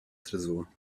tresor